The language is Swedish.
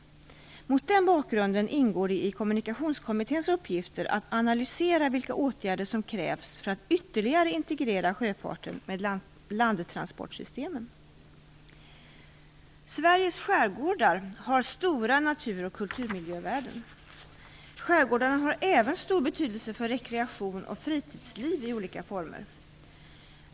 Mot den bakgrunden ingår det i Kommunikationskommitténs uppgifter att analysera vilka åtgärder som krävs för att ytterligare integrera sjöfarten med landtransportsystemen. Sveriges skärgårdar har stora natur och kulturmiljövärden. Skärgårdarna har även stor betydelse för rekreation och fritidsliv i olika former.